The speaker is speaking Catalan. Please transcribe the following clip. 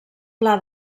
pla